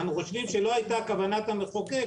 אנחנו חושבים שלא הייתה כוונת המחוקק